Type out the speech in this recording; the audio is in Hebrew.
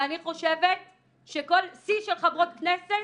ואני חושבת ששיא של חברות כנסת,